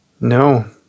No